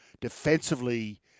defensively